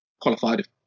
qualified